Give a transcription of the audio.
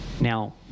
Now